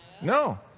No